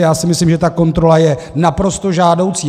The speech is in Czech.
Já si myslím, že ta kontrola je naprosto žádoucí.